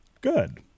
Good